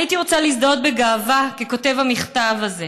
הייתי רוצה להזדהות בגאווה ככותב המכתב הזה,